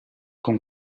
con